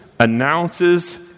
announces